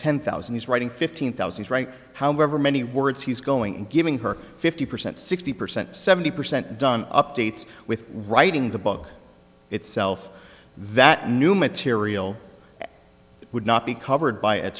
ten thousand he's writing fifteen thousand write however many words he's going and giving her fifty percent sixty percent seventy percent done updates with writing the book itself that new material would not be covered by a